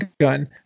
gun